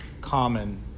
common